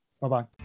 Bye-bye